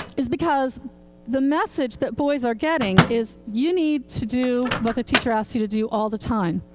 is because the message that boys are getting is, you need to do what the teacher asks you to do all the time.